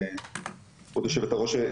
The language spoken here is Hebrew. כבוד יושבת הראש,